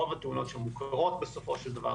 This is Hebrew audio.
רוב התאונות שם מוכרות בסופו של דבר,